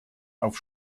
auf